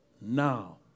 Now